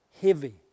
heavy